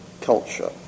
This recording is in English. culture